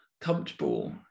comfortable